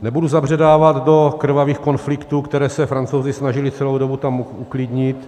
Nebudu zabředávat do krvavých konfliktů, které se Francouzi snažili celou dobu tam uklidnit.